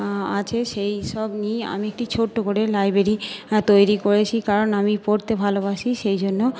আছে সেই সব নিয়ে আমি একটি ছোট্ট করে লাইব্রেরি তৈরি করেছি কারণ আমি পড়তে ভালোবাসি সেই জন্য